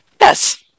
Yes